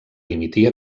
dimitir